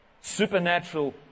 supernatural